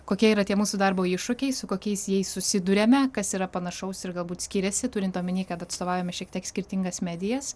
kokie yra tie mūsų darbo iššūkiai su kokiais jais susiduriame kas yra panašaus ir galbūt skiriasi turint omeny kad atstovaujame šiek tiek skirtingas medijas